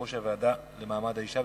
יושבת-ראש הוועדה למעמד האשה,